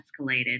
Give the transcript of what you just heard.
escalated